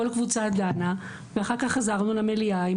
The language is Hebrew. כל קבוצה דנה ואחר כך חזרנו למליאה עם